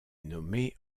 nommée